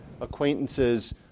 acquaintances